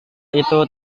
itu